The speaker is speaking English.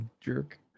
jerk